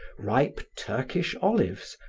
ripe turkish olives,